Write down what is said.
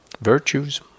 Virtues